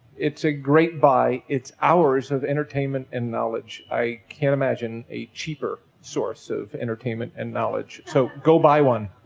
it's a great buy. it's hours of entertainment and knowledge. i can't imagine a cheaper source of entertainment and knowledge. so go buy one.